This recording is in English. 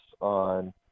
on